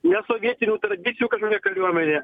ne sovietinių tradicijų kažkokia kariuomenė